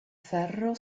ferro